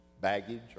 baggage